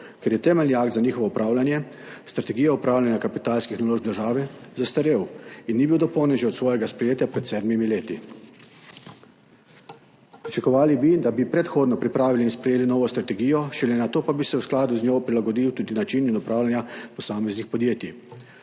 ker je temeljni akt za njihovo upravljanje, Strategijo upravljanja kapitalskih naložb države, zastarel in ni bil dopolnjen že od svojega sprejetja pred 7 leti. Pričakovali bi, da bi predhodno pripravili in sprejeli novo strategijo, šele nato pa bi se v skladu z njo prilagodil tudi način upravljanja posameznih podjetij.